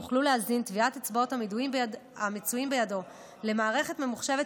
יוכלו להזין טביעות אצבעות המצויות בידם למערכת ממוחשבת